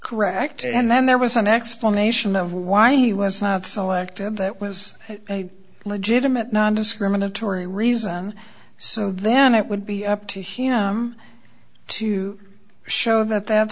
correct and then there was an explanation of why he was not selected that was a legitimate nondiscriminatory reason so then it would be up to him to show that that